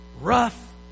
Rough